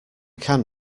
can